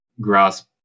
grasp